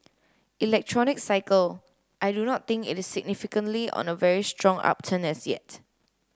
electronics cycle I do not think it is significantly on a very strong upturn as yet